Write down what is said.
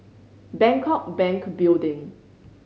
Bangkok Bank Building